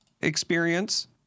experience